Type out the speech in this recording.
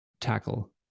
tackle